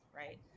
right